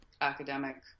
academic